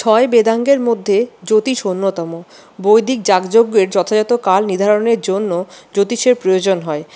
ছয় বেদাঙ্গের মধ্যে জ্যোতিষ অন্যতম বৈদিক যাগযজ্ঞের যথাযথ কাল নির্ধারণের জন্য জ্যোতিষের প্রয়োজন হয়